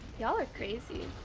y'all are crazy